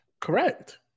Correct